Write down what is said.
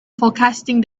forecasting